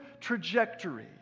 trajectory